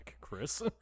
Chris